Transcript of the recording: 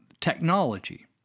technology